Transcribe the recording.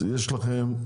כפי שאתם יודעים,